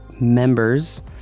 members